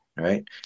Right